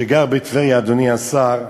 שגר בטבריה, אדוני השר,